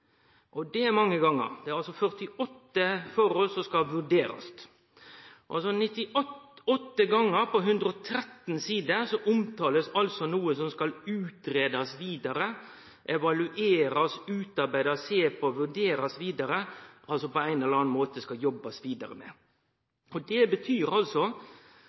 det er mange gonger. Det er 48 forhold som skal vurderast. 98 gonger på 113 sider er det omtalt noko som skal utgreiast vidare – evaluerast, utarbeidast, sjåast på, vurderast vidare – noko som på ein eller annan måte skal jobbast vidare med. Det betyr at regjeringa har brukt nesten åtte år på å vurdere kva som skal